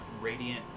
radiant